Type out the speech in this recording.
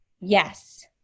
Yes